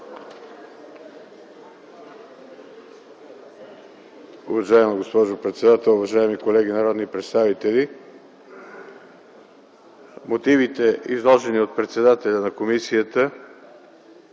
Уважаема госпожо председател, уважаеми колеги народни представители! Мотивите, изложени от председателя на комисията,